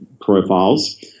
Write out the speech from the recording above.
profiles